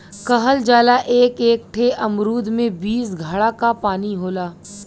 कहल जाला एक एक ठे अमरूद में बीस घड़ा क पानी होला